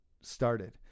started